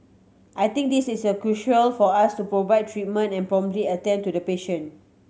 I think this is crucial for us to provide treatment and promptly attend to the patient